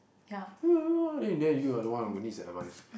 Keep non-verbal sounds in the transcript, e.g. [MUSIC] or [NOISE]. [NOISE] why in the end you I don't want who needs your advice